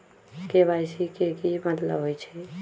KYC के कि मतलब होइछइ?